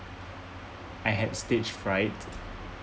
I have stage fright